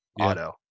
auto